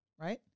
Right